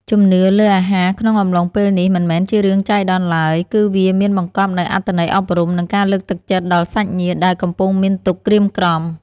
ជំនឿលើអាហារក្នុងអំឡុងពេលនេះមិនមែនជារឿងចៃដន្យឡើយ គឺវាមានបង្កប់នូវអត្ថន័យអប់រំ និងការលើកទឹកចិត្តដល់សាច់ញាតិដែលកំពុងមានទុក្ខក្រៀមក្រំ។